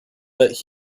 but